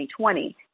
2020